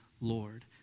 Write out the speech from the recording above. Lord